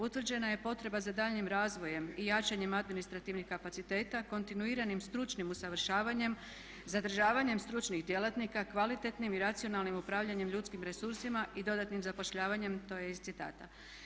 Utvrđena je potreba za daljnjim razvojem i jačanjem administrativnih kapaciteta, kontinuiranim stručnim usavršavanjem, zadržavanjem stručnih djelatnika, kvalitetnim i racionalnim upravljanjem ljudskim resursima i dodatnim zapošljavanjem, to je iz citata.